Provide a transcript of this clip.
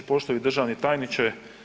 Poštovani državni tajniče.